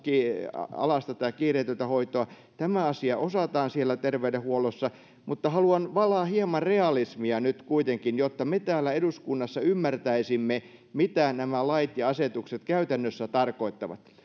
alas tätä kiireetöntä hoitoa tämä asia osataan siellä terveydenhuollossa haluan valaa hieman realismia nyt kuitenkin jotta me täällä eduskunnassa ymmärtäisimme mitä nämä lait ja asetukset käytännössä tarkoittavat